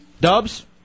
Dubs